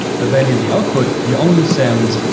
but then in the output you only send,